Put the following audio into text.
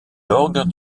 d’orgue